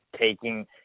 taking –